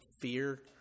fear